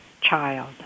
child